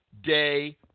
day